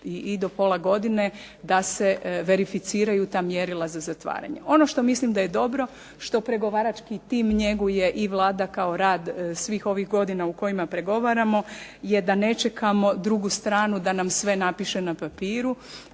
i do pola godine da se verificiraju ta mjerila za zatvaranje. Ono što mislim da je dobro što pregovarački tim njeguje i Vlada kao rad svih ovih godina u kojima pregovaramo, je da ne čekamo drugu stranu da nam sve napiše na papiru,